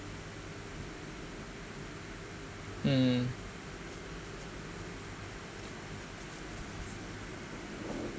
mm mm